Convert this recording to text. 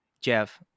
Jeff